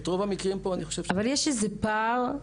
אבל יש פה פער.